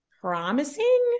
promising